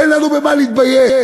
אין לנו במה להתבייש.